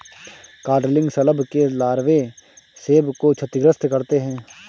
codling शलभ के लार्वे सेब को क्षतिग्रस्त करते है